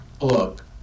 look